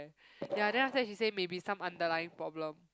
ya then after she said maybe some underlying problem